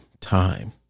time